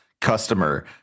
customer